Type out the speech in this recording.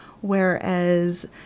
Whereas